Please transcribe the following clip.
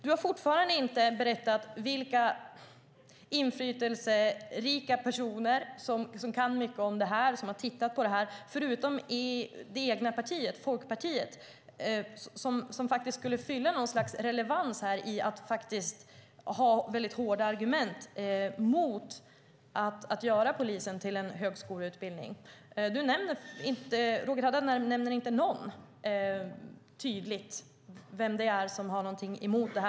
Du har fortfarande inte berättat vilka inflytelserika och relevanta personer - förutom i det egna partiet, Folkpartiet - som kan mycket om detta och som skulle ha väldigt hårda argument mot att göra polisen till en högskoleutbildning. Roger Haddad nämner inte vem det är som har någonting emot detta.